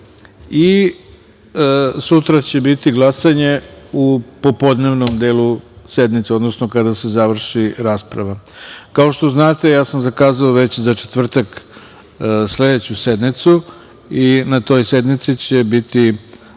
i sutra će biti glasanje u popodnevnom delu sednice, odnosno kada se završi rasprava. Kao što znate, ja sam zakazao već za četvrtak sledeću sednicu i na toj sednici će biti